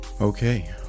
Okay